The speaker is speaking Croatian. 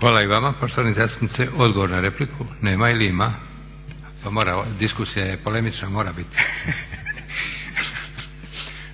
Hvala i vama. Odgovor na repliku nema ili ima? Diskusija je polemična, mora biti.